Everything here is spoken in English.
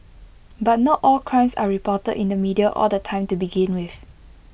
but not all crimes are reported in the media all the time to begin with